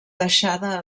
deixada